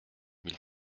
mille